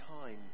time